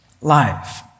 life